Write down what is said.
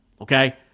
okay